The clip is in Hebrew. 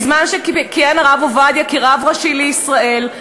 בזמן שכיהן הרב עובדיה כרב ראשי לישראל,